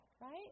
right